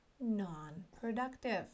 non-productive